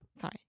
Sorry